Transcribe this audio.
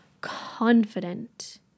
confident